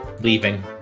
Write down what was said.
Leaving